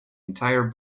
entire